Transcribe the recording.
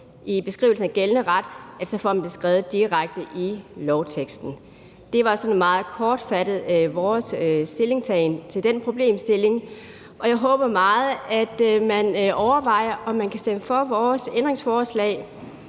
i beskrivelsen af gældende ret så får det skrevet direkte ind i lovteksten. Det var sådan en meget kortfattet beskrivelse af vores stillingtagen til den problemstilling. Jeg håber meget, at man overvejer, om man kan stemme for vores ændringsforslag,